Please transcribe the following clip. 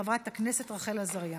חברת הכנסת רחל עזריה.